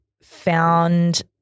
found